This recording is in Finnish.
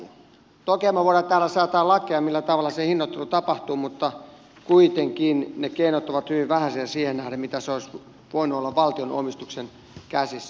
tokihan me voimme täällä säätää lakeja millä tavalla se hinnoittelu tapahtuu mutta kuitenkin ne keinot ovat hyvin vähäisiä siihen nähden mitä se olisi voinut olla valtion omistuksen käsissä